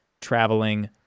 traveling